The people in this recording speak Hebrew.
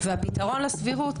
והפתרון לסבירות,